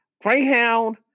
Greyhound